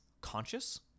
conscious